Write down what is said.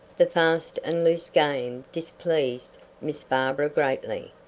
the fast-and-loose game displeased miss barbara greatly.